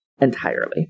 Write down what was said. entirely